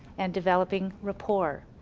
and developing rapport.